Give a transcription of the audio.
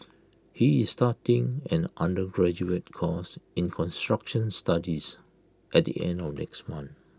he is starting an undergraduate course in construction studies at the end of next month